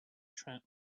trap